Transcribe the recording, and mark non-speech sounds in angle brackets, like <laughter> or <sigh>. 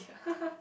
<laughs>